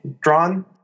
drawn